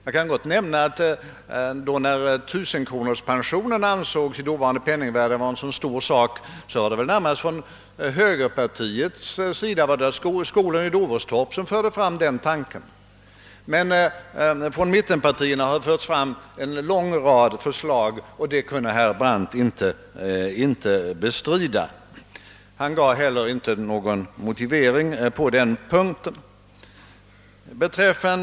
Jag kan gott nämna att tusenkronorspensionen, som i dåvarande penningvärde ansågs vara en så stor sak, närmast aktualiserades av högerpartiet genom herr Skoglund i Doverstorp. Men från mittenpartiernas sida har förts fram en lång rad förslag, och det kunde herr Brandt inte bestrida. Herr Brandt gav heller ingen motivering för sitt påstående.